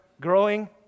growing